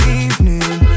evening